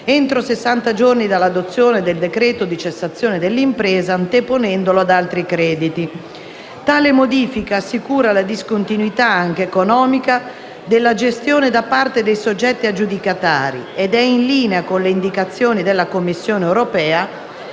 entro sessanta giorni dall'adozione del decreto di cessazione dell'impresa, anteponendolo ad altri crediti. Tale modifica assicura la discontinuità, anche economica, della gestione da parte dei soggetti aggiudicatari ed è in linea con le indicazioni della Commissione europea,